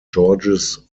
georges